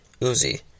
Uzi